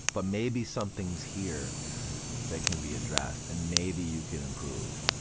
but maybe something's here that can be addressed and maybe you can improve.